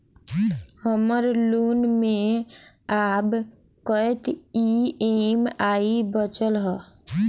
हम्मर लोन मे आब कैत ई.एम.आई बचल ह?